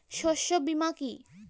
শস্য বীমা কি?